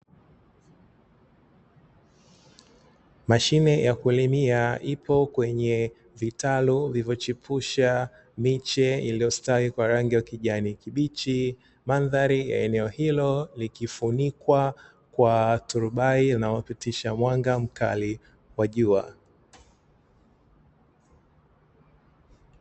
Mashine ya kulimia ipo kwenye vitalu vilivyochipusha miche iliyostawi kwa rangi ya kijani kibichi, mandhari ya eneo hilo likifunikwa kwa turbai linalopitisha mwanga mkali wa jua.